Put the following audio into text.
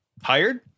Hired